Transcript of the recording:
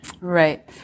Right